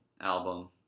album